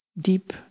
deep